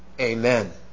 Amen